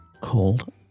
called